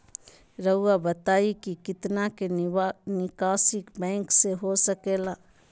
रहुआ बताइं कि कितना के निकासी बैंक से हो सके ला?